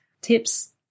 tips